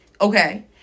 okay